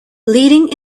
leading